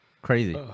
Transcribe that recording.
Crazy